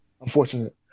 Unfortunate